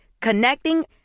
Connecting